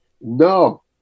No